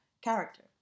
character